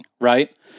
Right